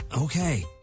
Okay